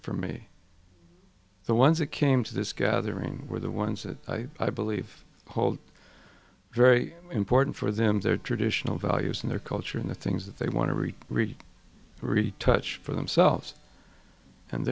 from me the ones that came to this gathering were the ones that i believe hold very important for them their traditional values and their culture and the things that they want to read really really touch for themselves and